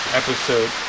episode